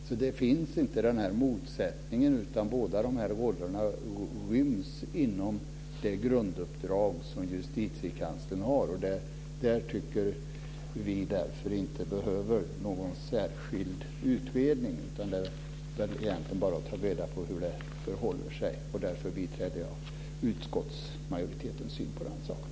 Så den här motsättningen finns inte, utan båda dessa roller ryms inom det grunduppdrag som Justitiekanslern har. Vi tycker inte att det behövs någon särskild utredning, utan det är egentligen bara att ta reda på hur det förhåller sig. Därför biträder jag utskottsmajoritetens syn på saken.